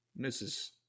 Mrs